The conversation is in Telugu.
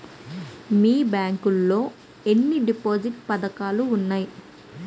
మీ బ్యాంక్ లో ఎన్ని డిపాజిట్ పథకాలు ఉన్నాయి?